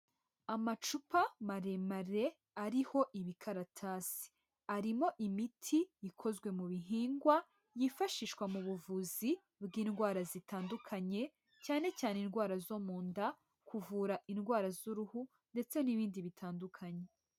Amacupa maremare, ariho ibikaratasi, arimo imiti ikozwe mu bihingwa, yifashishwa mu buvuzi bw'indwara zitandukanye, cyane cyane indwara zo mu nda, kuvura indwara z'uruhu ndetse n'ibindi bitandukanye.